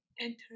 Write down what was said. enter